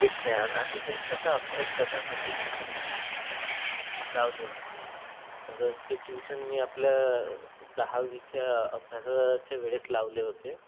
विज्ञान आणि गणिताचा अभ्यास करण्यासाठी मी ट्युशन लावले होते तर ते ट्युशन मी आपल्या दहावीच्या अभ्यासाच्या वेळेस लावले होते